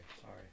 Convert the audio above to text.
Sorry